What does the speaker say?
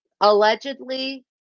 Allegedly